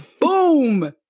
boom